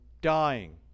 dying